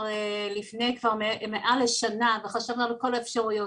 לפני מעל לשנה וחשבנו על כל האפשרויות,